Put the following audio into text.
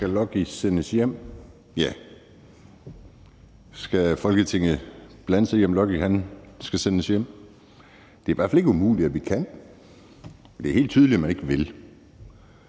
Skal Lucky sendes hjem? Ja. Skal Folketinget blande sig i, om Lucky skal sendes hjem? Det er i hvert fald ikke umuligt, at vi kan – det er helt tydeligt, at man ikke vil.